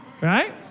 right